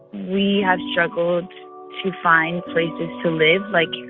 we have struggled to find places to live. like,